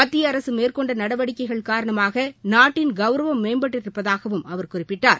மத்திய அரசு மேற்கொண்ட நடவடிக்கைகள் காரணமாக நாட்டின் கௌரவம் மேம்பட்டிருப்பதாகவும் அவர் குறிப்பிட்டார்